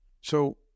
So-